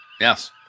Yes